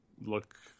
look